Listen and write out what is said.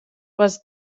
was